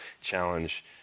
challenge